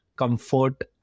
Comfort